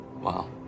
Wow